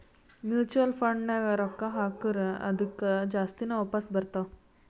mutual ಫಂಡ್ನಾಗ್ ರೊಕ್ಕಾ ಹಾಕುರ್ ಅದ್ದುಕ ಜಾಸ್ತಿನೇ ವಾಪಾಸ್ ಬರ್ತಾವ್